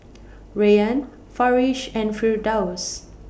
Rayyan Farish and Firdaus